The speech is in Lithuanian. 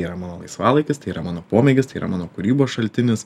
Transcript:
yra mano laisvalaikis tai yra mano pomėgis tai yra mano kūrybos šaltinis